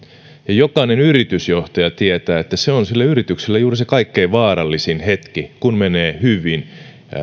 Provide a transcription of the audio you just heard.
jokainen yritysjohtaja tietää että se on sille yritykselle juuri se kaikkein vaarallisin hetki kun menee hyvin